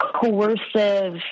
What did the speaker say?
coercive